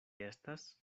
estas